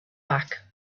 back